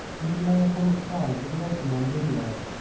and it lay upon its side with the open end inward.